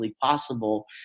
possible